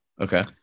Okay